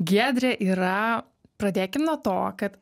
giedrė yra pradėkim nuo to kad